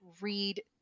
read